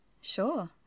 Sure